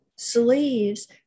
sleeves